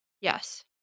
yes